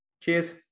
Cheers